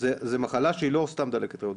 זה מחלה שהיא לא סתם דלקת ריאות,